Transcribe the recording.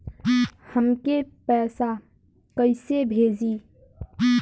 हमके पैसा कइसे भेजी?